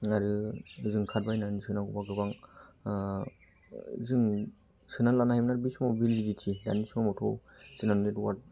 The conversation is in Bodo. आरो जों कार्ड बायनानै सोनांगौब्ला गोबां जों सोनानै लानो हायोमोन आरो बे समाव भेलिडिटि दानि समावथ' जोंना नेटवार्क